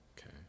Okay